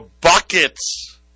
buckets